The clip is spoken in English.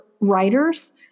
writers